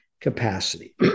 capacity